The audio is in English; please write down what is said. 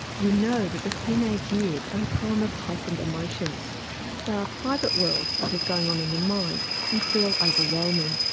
we know that the teenage years are a time of heightened emotions where our private world, what is going on in the mind, can feel overwhelming.